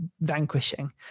vanquishing